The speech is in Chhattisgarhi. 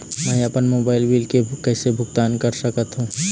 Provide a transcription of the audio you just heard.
मैं अपन मोबाइल बिल के कैसे भुगतान कर हूं?